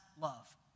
love